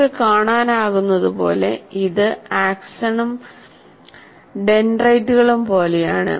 നമുക്ക് കാണാനാകുന്നതുപോലെ ഇത് ആക്സണും ഡെൻഡ്രൈറ്റുകളും പോലെയാണ്